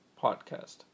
podcast